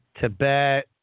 Tibet